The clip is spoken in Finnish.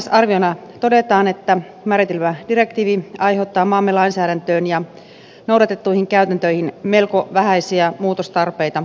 kokonaisarviona todetaan että määritelmädirektiivi aiheuttaa maamme lainsäädäntöön ja noudatettuihin käytäntöihin melko vähäisiä muutostarpeita